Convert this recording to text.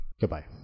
Goodbye